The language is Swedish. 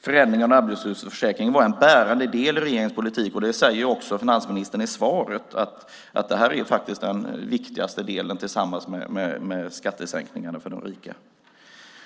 Förändringarna i arbetslöshetsförsäkringen var en bärande idé i regeringens politik. Finansministern säger också i svaret att det är den viktigaste delen tillsammans med skattesänkningarna för de rika.